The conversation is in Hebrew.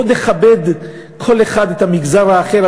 בואו נכבד כל אחד את המגזר האחר,